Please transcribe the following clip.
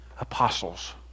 apostles